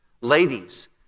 Ladies